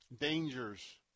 dangers